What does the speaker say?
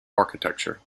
architecture